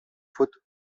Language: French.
faute